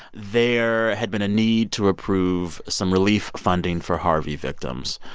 there had been a need to approve some relief funding for harvey victims,